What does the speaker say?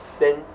then